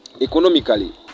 Economically